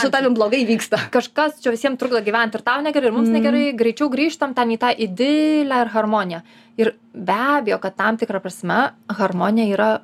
su tavim blogai vyksta kažkas čia visiem trukdo gyventi ir tau negerai ir mums negerai greičiau grįžtam ten į tą idilę ar harmoniją ir be abejo kad tam tikra prasme harmonija yra